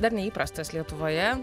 dar neįprastas lietuvoje